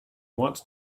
wants